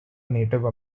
native